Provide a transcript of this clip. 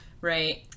right